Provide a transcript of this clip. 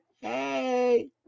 Hey